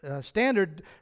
standard